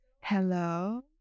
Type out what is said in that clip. Hello